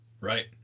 right